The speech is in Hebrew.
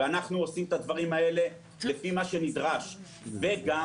אנחנו עושים את הדברים האלה לפי מה שנדרש וגם